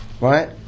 right